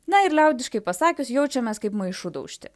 na ir liaudiškai pasakius jaučiamės kaip maišu daužti